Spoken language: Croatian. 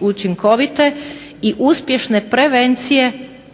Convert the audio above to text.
učinkovite i uspješne prevencije